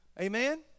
amen